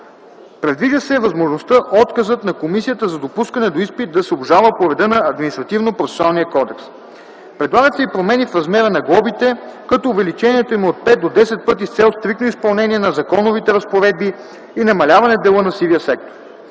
Предвижда се възможността отказът на комисията за допускане до изпит да се обжалва по реда на Административно-процесуалния кодекс. Предлагат се и промени в размера на глобите, като увеличението им е от 5 до 10 пъти с цел стриктно изпълнение на законовите разпоредби и намаляване дела на сивия сектор.